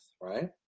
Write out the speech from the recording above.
right